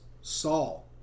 Saul